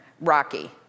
Rocky